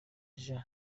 jean